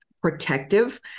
protective